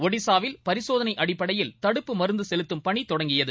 ஒடிசாவில் பரிசோதனை அடிப்படையில் தடுப்பு மருந்து செலுத்தும் பணி தொடங்கியது